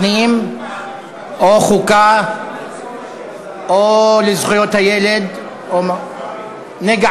חוק הכניסה לישראל (תיקון,